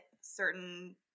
certain